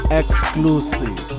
exclusive